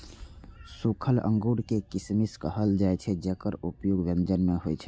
सूखल अंगूर कें किशमिश कहल जाइ छै, जेकर उपयोग व्यंजन मे होइ छै